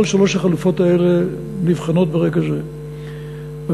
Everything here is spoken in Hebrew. כל שלוש החלופות האלה נבחנות ברגע זה במשרד.